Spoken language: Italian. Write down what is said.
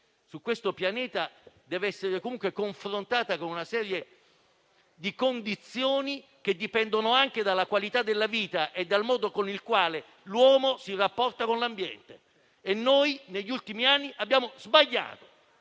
su questo pianeta deve essere comunque confrontata con una serie di condizioni che dipendono anche dalla qualità della vita e dal modo con il quale l'uomo si rapporta all'ambiente. Noi negli ultimi anni abbiamo sbagliato